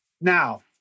Now